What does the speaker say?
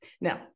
Now